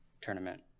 tournament